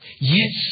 Yes